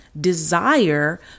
desire